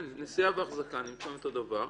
נשיאה והחזקה זה אותו דבר.